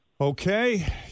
Okay